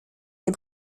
des